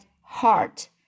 heart